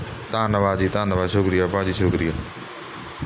ਧੰਨਵਾਦ ਜੀ ਧੰਨਵਾਦ ਸ਼ੁਕਰੀਆ ਭਾਅ ਜੀ ਸ਼ੁਕਰੀਆ